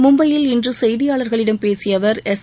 மும்பையில் இன்று செய்தியாளர்களிடம் பேசிய அவர் எஸ்